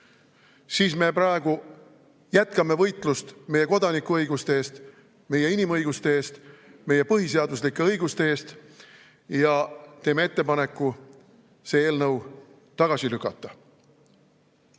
siis me praegu jätkame võitlust meie kodanikuõiguste eest, meie inimõiguste eest, meie põhiseaduslike õiguste eest ja teeme ettepaneku see eelnõu tagasi lükata.